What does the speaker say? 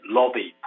lobby